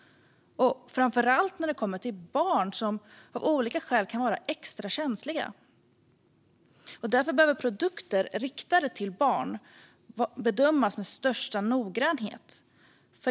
Detta gäller framför allt när det kommer till barn, som av olika skäl kan vara extra känsliga. Därför behöver produkter riktade till barn bedömas med största noggrannhet.